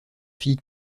fille